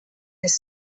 des